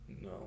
No